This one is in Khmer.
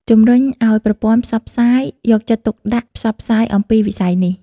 ជំរុញឱ្យប្រព័ន្ធផ្សព្វផ្សាយ យកចិត្តទុកដាក់ផ្សព្វផ្សាយអំពីវិស័យនេះ ។